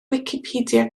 wicipedia